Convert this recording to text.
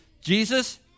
Jesus